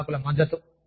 నిర్వాహకుల మద్దతు